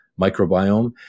microbiome